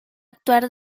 actuar